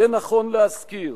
יהיה נכון להזכיר